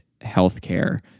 healthcare